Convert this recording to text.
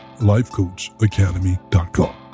lifecoachacademy.com